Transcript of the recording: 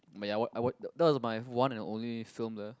but ya wa~ I wa~ that was my one and only film there